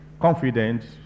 confident